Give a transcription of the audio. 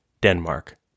Denmark